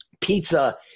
pizza